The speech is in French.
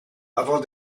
avant